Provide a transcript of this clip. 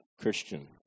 Christian